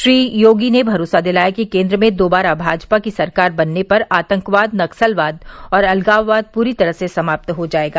श्री योगी ने भरोसा दिलाया कि केन्द्र में दोबारा भाजपा की सरकार बनने पर आतंकवाद नक्सलवाद और अलगाववाद पूरी तरह से समाप्त हो जायेगा